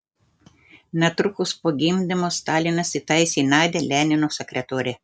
netrukus po gimdymo stalinas įtaisė nadią lenino sekretore